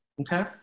Okay